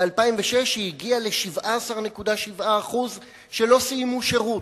ב-2006 היא הגיעה ל-17.7% שלא סיימו שירות.